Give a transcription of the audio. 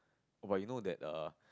but you know that err